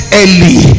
early